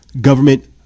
Government